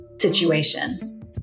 situation